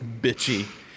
Bitchy